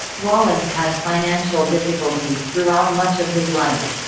wallace had financial difficulties throughout much of his life.